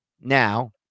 Now